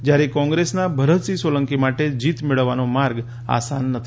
જ્યારે કોંગ્રેસના ભરતસિંહ સોલંકી માટે જીત મેળવવાનો માર્ગ આસાન નથી